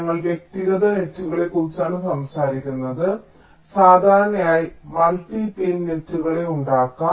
ഞങ്ങൾ വ്യക്തിഗത നെറ്റുകളെക്കുറിച്ചാണ് സംസാരിക്കുന്നത് സാധാരണയായി മൾട്ടി പിൻ നെറ്റുകളെ ഉണ്ടാകും